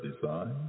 design